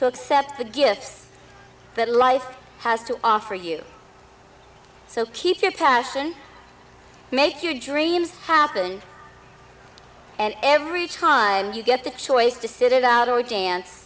to accept the gifts that life has to offer you so keep your passion make your dreams happen and every child you get the choice to sit it out or dance